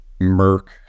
murk